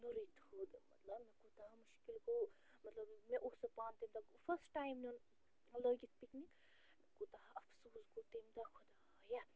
نوٚرُے دوٚد مطلب مےٚ کوٗتاہ مُشکِل گوٚو مطلب مےٚ اوس سُہ پانہٕ تیٛوٗتاہ فٔسٹ ٹایم نِیُن لٲگِتھ پِکنِک مےٚ کوٗتاہ اَفسوٗس گوٚو تَمہِ دۄہ خۄدایا